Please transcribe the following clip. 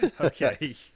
Okay